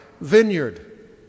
vineyard